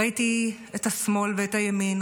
ראיתי את השמאל ואת הימין,